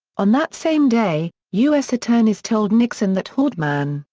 on that same day, u s. attorneys told nixon that haldeman,